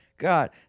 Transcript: God